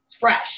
fresh